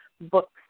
books